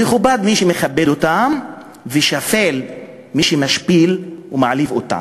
מכובד מי שמכבד אותן ושפל מי שמשפיל ומעליב אותן.